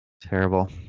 terrible